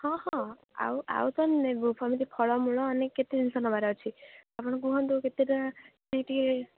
ହଁ ହଁ ଆଉ ଆଉ ତ ନେବୁ ସେମିତି ଫଳମୂଳ ଅନେକ କେତେ ଜିନିଷ ନେବାର ଅଛି ଆପଣ କୁହନ୍ତୁ କେତେଟା ସେହି ଟିକେ